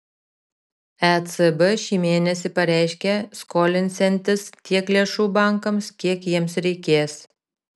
ecb šį mėnesį pareiškė skolinsiantis tiek lėšų bankams kiek jiems reikės